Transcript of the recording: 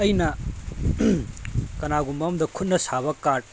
ꯑꯩꯅ ꯀꯅꯥꯒꯨꯝꯕ ꯑꯝꯗ ꯈꯨꯠꯅ ꯁꯥꯕ ꯀꯥꯔꯠ